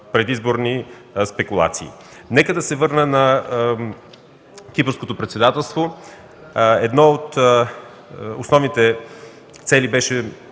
предизборни спекулации. Нека да се върна на Кипърското председателство – една от основните цели беше